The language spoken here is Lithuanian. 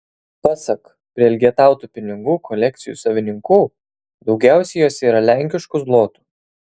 pasak prielgetautų pinigų kolekcijų savininkų daugiausiai jose yra lenkiškų zlotų